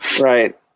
Right